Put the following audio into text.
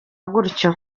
gutyo